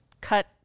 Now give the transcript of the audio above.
cut